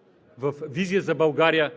а именно БСП, е